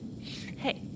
Hey